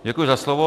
Děkuji za slovo.